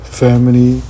family